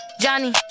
Johnny